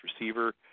receiver